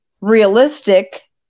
realistic